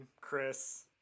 chris